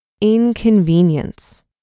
inconvenience